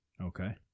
Okay